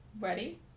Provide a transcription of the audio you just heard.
Ready